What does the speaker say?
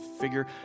figure